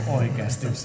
oikeasti